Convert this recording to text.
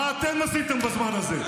מה אתם עשיתם בזמן הזה?